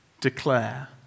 declare